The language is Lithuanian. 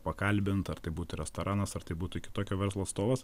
pakalbint ar tai būtų restoranas ar tai būtų kitokio verslo atstovas